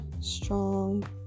strong